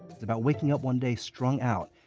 it's about waking up one day, strung out,